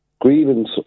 Grievance